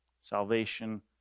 Salvation